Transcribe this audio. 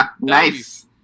nice